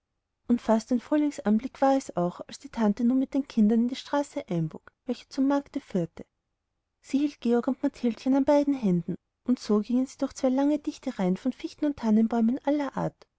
und fast ein frühlingsanblick war es auch als die tante nun mit den kindern in die straße einbog welche zum markte führt sie hielt georg und mathildchen an beiden händen und so gingen sie durch zwei lange dichte reihen von fichten und tannenbäumen aller art